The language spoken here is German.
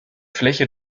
fläche